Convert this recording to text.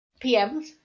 PMs